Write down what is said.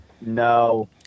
No